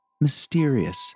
mysterious